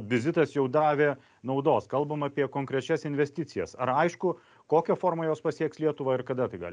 vizitas jau davė naudos kalbama apie konkrečias investicijas ar aišku kokia forma jos pasieks lietuvą ir kada tai gali